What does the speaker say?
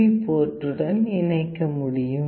B போர்ட்டுடன் இணைக்க முடியும்